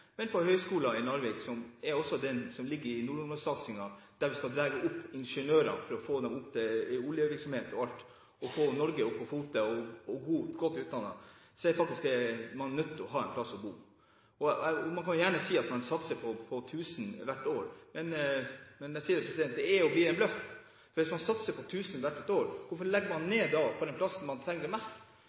Men når det gjelder Høgskolen i Narvik – som også er den som ligger innenfor nordområdesatsingen, der vi skal dra opp ingeniørene for å få dem opp til oljevirksomhet og alt, og for å få Norge opp på fote og godt utdannet – så er man faktisk nødt til å ha en plass å bo. Man kan gjerne si at man satser på 1 000 studentboliger hvert år, men jeg sier: Det er og blir en bløff. Hvis man satser på 1 000 hvert år, hvorfor legger man da ned på den plassen hvor man trenger det mest?